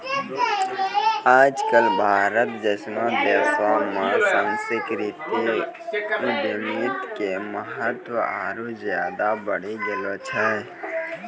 आज कल भारत जैसनो देशो मे सांस्कृतिक उद्यमिता के महत्त्व आरु ज्यादे बढ़ि गेलो छै